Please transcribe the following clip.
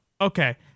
Okay